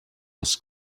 was